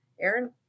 Aaron